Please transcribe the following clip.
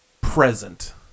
present